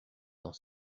dans